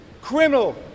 criminal